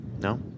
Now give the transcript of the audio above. No